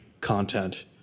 content